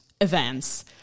events